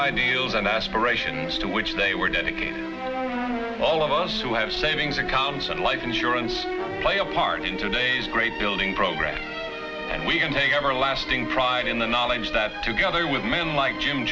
ideals and aspirations to which they were dedicated all of us who have savings accounts and life insurance play a part in today's great building progress and we can take everlasting pride in the knowledge that together with men like jim